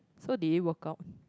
so did it work out